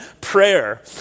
prayer